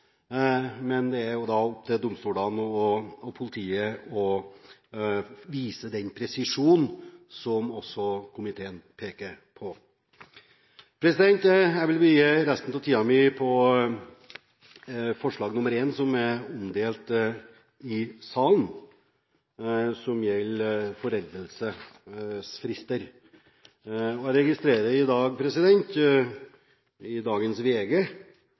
Men det er opp til domstolene og politiet å vise den presisjon som også komiteen peker på. Jeg vil vie resten av tiden min til forslag nr. 1, som er omdelt i salen, og som gjelder foreldelsesfrister. Jeg registrerer i dagens VG at justisministeren er helt enig i